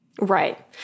Right